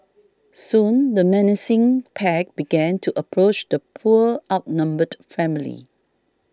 soon the menacing pack began to approach the poor outnumbered family